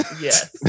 Yes